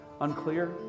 unclear